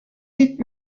îles